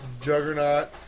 Juggernaut